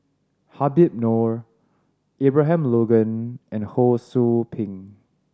Habib Noh Abraham Logan and Ho Sou Ping